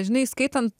žinai skaitant